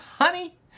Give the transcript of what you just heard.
Honey